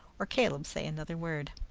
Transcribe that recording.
or caleb say another word.